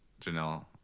Janelle